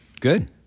good